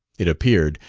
it appeared,